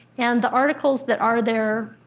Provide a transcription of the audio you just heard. and the articles that are there,